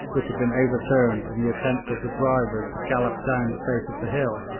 which had been overturned in the attempt of the drivers to gallop down the face of the hill,